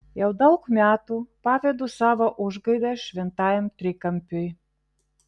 jau daug metų pavedu savo užgaidas šventajam trikampiui